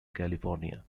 california